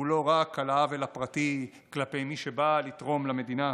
הוא לא רק על העוול הפרטי כלפי מי שבא לתרום למדינה.